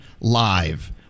Live